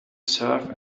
serve